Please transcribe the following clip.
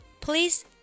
Please